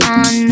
on